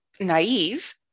Naive